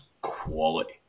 quality